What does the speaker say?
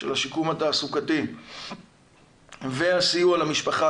של השיקום התעסוקתי והסיוע למשפחה,